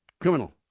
criminal